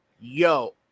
yo